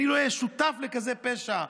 אני לא אהיה שותף לכזה פשע.